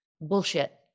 Bullshit